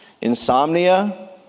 Insomnia